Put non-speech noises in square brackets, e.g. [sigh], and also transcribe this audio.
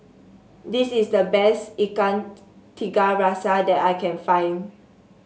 this is the best Ikan [unintelligible] Tiga Rasa that I can find